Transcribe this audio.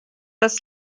das